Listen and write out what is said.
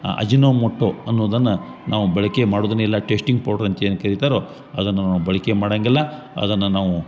ಅಜಿನೊ Moto ಅನ್ನೂದನ್ನ ನಾವು ಬಳಕೆ ಮಾಡುದನೇ ಇಲ್ಲ ಟೇಸ್ಟಿಂಗ್ ಪೌಡರ್ ಅಂತೇನು ಕರಿತಾರೋ ಅದನ್ನ ನಾವು ಬಳಕೆ ಮಾಡಂಗಿಲ್ಲ ಅದನ್ನ ನಾವು